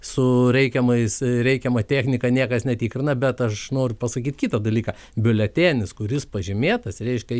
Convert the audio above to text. su reikiamais reikiama technika niekas netikrina bet aš noriu pasakyt kitą dalyką biuletenis kuris pažymėtas reiškia